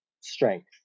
strength